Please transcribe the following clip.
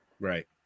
Right